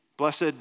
Blessed